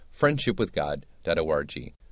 friendshipwithgod.org